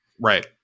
right